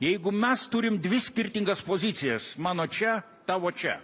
jeigu mes turim dvi skirtingas pozicijas mano čia tavo čia